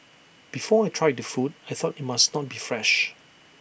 before I tried the food I thought IT must not be fresh